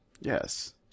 Yes